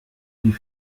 die